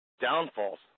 downfalls